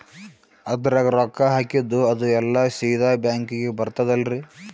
ಅದ್ರಗ ರೊಕ್ಕ ಹಾಕಿದ್ದು ಅದು ಎಲ್ಲಾ ಸೀದಾ ಬ್ಯಾಂಕಿಗಿ ಬರ್ತದಲ್ರಿ?